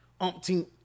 umpteen